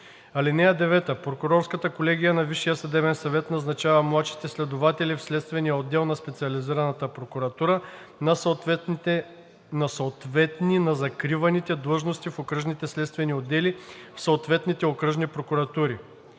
(9) Прокурорската колегия на Висшия съдебен съвет назначава младшите следователи в Следствения отдел на Специализираната прокуратура на съответни на закриваните длъжности в окръжните следствени отдели в съответните окръжни прокуратури.